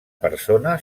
persona